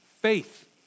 Faith